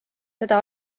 seda